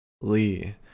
Lee